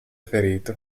ferito